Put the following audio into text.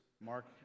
Mark